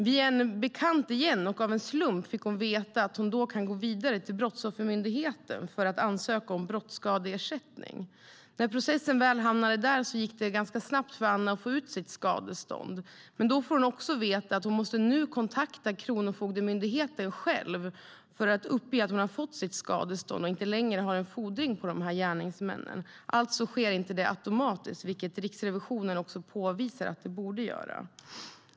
Via en bekant igen, och av en slump, fick hon veta att hon då kunde gå vidare till Brottsoffermyndigheten för att ansöka om brottsskadeersättning. När processen väl hamnade där gick det ganska snabbt för Anna att få ut sitt skadestånd. Men då fick hon också veta att hon själv måste kontakta Kronofogdemyndigheten för att uppge att hon har fått sitt skadestånd och inte längre har en fordring på gärningsmännen. Detta sker alltså inte automatiskt, vilket Riksrevisionen påvisar att det bör göra.